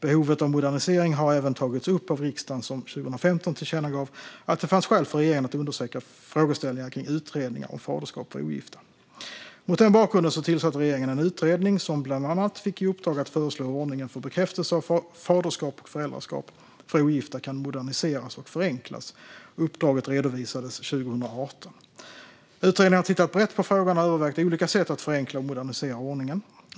Behovet av modernisering har även tagits upp av riksdagen, som 2015 tillkännagav att det fanns skäl för regeringen att undersöka frågeställningar kring utredningar om faderskap för ogifta. Mot den bakgrunden tillsatte regeringen en utredning som bland annat fick i uppdrag att föreslå hur ordningen för bekräftelse av faderskap och föräldraskap för ogifta kan moderniseras och förenklas. Uppdraget redovisades 2018. Utredningen har tittat brett på frågan och övervägt olika sätt att förenkla och modernisera ordningen.